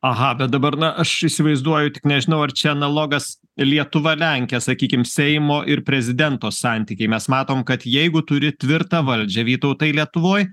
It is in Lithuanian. aha bet dabar na aš įsivaizduoju tik nežinau ar čia analogas lietuva lenkija sakykim seimo ir prezidento santykiai mes matome kad jeigu turi tvirtą valdžią vytautai lietuvoj